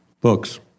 Books